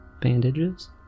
Bandages